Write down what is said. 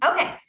Okay